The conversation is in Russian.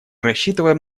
рассчитываем